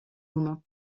moments